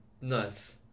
nuts